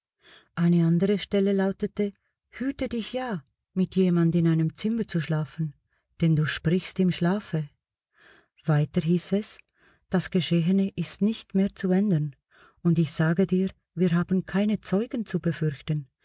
eine andere stelle lautete hüte dich ja mit jemand in einem zimmer zu schlafen denn du sprichst im schlafe weiter hieß es das geschehene ist nicht mehr zu ändern und ich sage dir wir haben keine zeugen zu befürchten